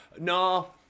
No